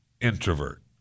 introvert